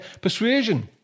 persuasion